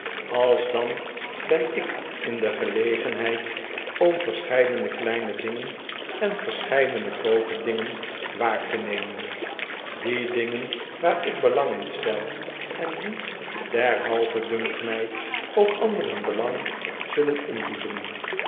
alsdan ben ik in de gelegenheid om verscheidene kleine dingen en verscheidene groote dingen waar te nemen die dingen waar ik belang in stel en die derhalve dunkt mij ook anderen belang zullen